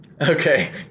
Okay